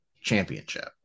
championship